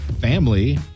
family